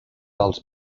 als